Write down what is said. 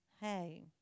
Hey